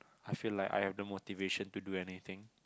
I feel like I have the motivation to do anything